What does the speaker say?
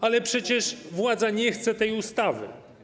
Ale przecież władza nie chce tej ustawy.